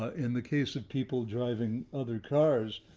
ah in the case of people driving other cars,